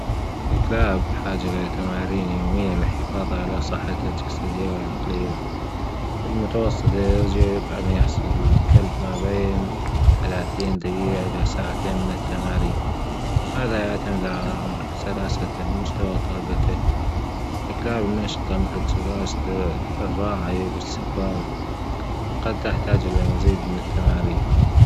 الكلاب بحاجه إلى تمارين يومية للحفاظ على صحتها الجسدية والعقلية المتوسط يجب أن يحصل الكلب ما بين ثلاثين دجيجة إلى ساعتين من التمارين هذا يعتمد على الكلاب الناشطة مثل قد تحتاج إلى مزيد من التمارين.